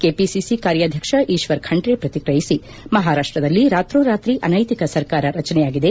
KPCC ಕಾರ್ಯಾಧ್ವಕ್ಷ ಕಾಶ್ವರ್ ಖಂಡ್ ಪ್ರಕ್ರಿಯಿಸಿ ಮಹಾರಾಷ್ಟದಲ್ಲಿ ರಾತೋರಾತ್ರಿ ಅನೈತಿಕ ಸರ್ಕಾರ ರಚನೆಯಾಗಿದೆ